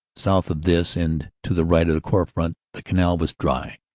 south of this and to the right of the corps' front the canal was dry,